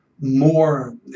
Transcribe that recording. more